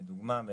לדוגמה,